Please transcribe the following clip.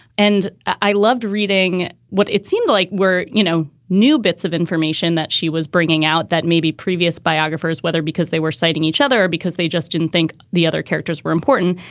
and i loved reading what it seemed like were, you know, new bits of information that she was bringing out that maybe previous biographers, whether because they were citing each other, because they just didn't think the other characters were important,